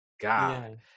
God